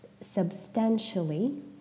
Substantially